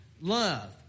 love